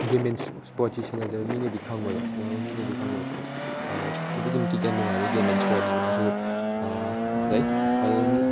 game and ꯏꯁꯄꯣꯔꯠꯁꯤ ꯁꯥꯟꯅꯗꯕ ꯃꯤꯅꯗꯤ ꯈꯪꯑꯣꯏꯕ ꯁꯥꯟꯅꯗꯕ ꯃꯤꯅꯗꯤ ꯈꯪꯑꯣꯏꯕ ꯑꯗꯨꯛꯀꯤ ꯃꯇꯤꯛ ꯌꯥꯝ ꯅꯨꯡꯉꯥꯥꯏꯕ ꯒꯦꯝ ꯑꯦꯟ ꯏꯁꯄꯣꯔꯠꯅꯤ ꯃꯥꯁꯨ ꯂꯩ ꯑꯗꯨꯝ